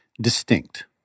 distinct